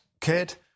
kid